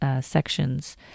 sections